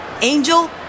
Angel